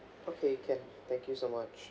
okay can thank you so much